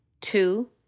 two